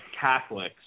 Catholics